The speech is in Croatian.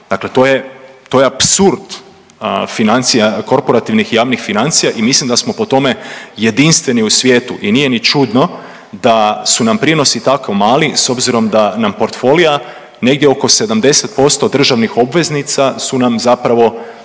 Dakle, to je apsurd financija korporativnih i javnih financija i mislim da smo po tome jedinstveni u svijetu i nije ni čudno da su nam prinosi tako mali s obzirom da nam portfolia negdje oko 70% državnih obveznica su nam zapravo